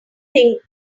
thing